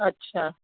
ਅੱਛਾ